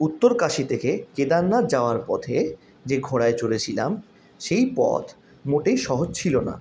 উত্তরকাশি থেকে কেদারনাথ যাওয়ার পথে যে ঘোড়ায় চড়েছিলাম সেই পথ মোটেই সহজ ছিল না